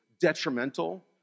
detrimental